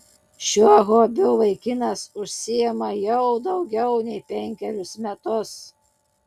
šiuo hobiu vaikinas užsiima jau daugiau nei penkerius metus